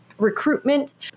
recruitment